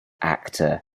actor